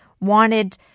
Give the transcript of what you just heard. wanted